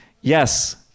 yes